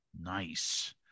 Nice